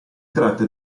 tratta